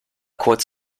kurz